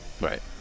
Right